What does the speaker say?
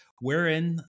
wherein